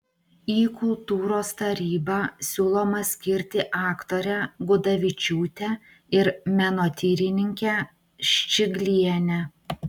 į kultūros tarybą siūloma skirti aktorę gudavičiūtę ir menotyrininkę ščiglienę